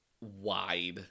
wide